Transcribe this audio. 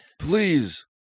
Please